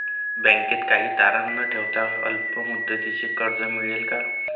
बँकेत काही तारण न ठेवता अल्प मुदतीचे कर्ज मिळेल का?